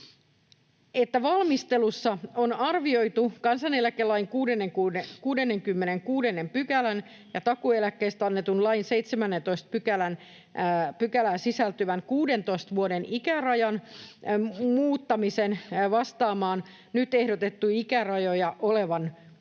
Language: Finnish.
että valmistelussa on arvioitu kansaneläkelain 66 §:ään ja takuueläkkeistä annetun lain 17 §:ään sisältyvän 16 vuoden ikärajan muuttamisen vastaamaan nyt ehdotettuja ikärajoja olevan kyllä